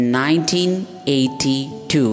1982